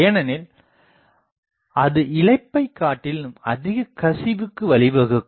ஏனெனில்அது இழப்பைக்காட்டிலும் அதிகக் கசிவுக்கு வழிவகுக்கும்